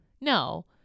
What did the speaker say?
no